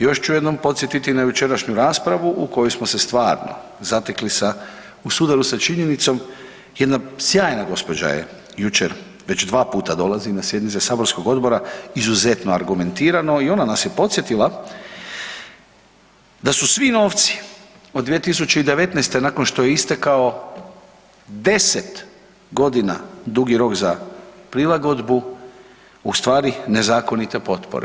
Još ću jednom podsjetiti na jučerašnju raspravu u kojoj smo se stvarno zatekli sa u sudaru sa činjenicom, jedna sjajna gospođa je jučer, već 2 puta dolazi na sjednice saborskog odbora izuzetno argumentirano i ona nas je podsjetila da su svi novci od 2019. nakon što je istekao 10 godina dugi rok za prilagodbu u stvari nezakonita potpora.